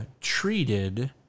treated